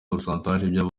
by’abantu